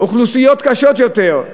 אוכלוסיות קשות יותר,